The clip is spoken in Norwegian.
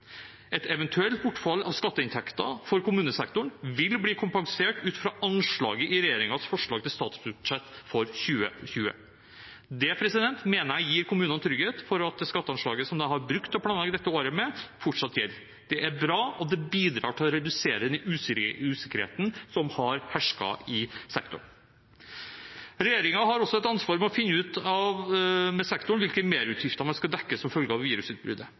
Et eventuelt bortfall av skatteinntekter for kommunesektoren vil bli kompensert ut fra anslaget i regjeringens forslag til statsbudsjett for 2020. Det mener jeg gir kommunene trygghet for at det skatteanslaget som de har brukt til å planlegge dette året med, fortsatt gjelder. Det er bra, og det bidrar il å redusere den usikkerheten som har hersket i sektoren. Regjeringen har også et ansvar for å finne ut med sektoren hvilke merutgifter man skal dekke som følge av virusutbruddet.